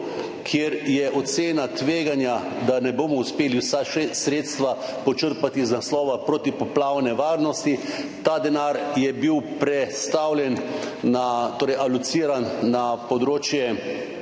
kjer je ocena tveganja, da ne bomo uspeli vseh sredstev počrpati iz naslova protipoplavne varnosti. Ta denar je bil prestavljen, torej alociran na področje